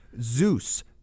Zeus